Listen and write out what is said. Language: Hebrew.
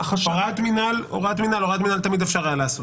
הוראת מינהל תמיד אפשר היה לעשות.